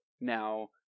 now